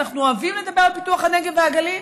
אנחנו אוהבים לדבר על פיתוח הנגב והגליל,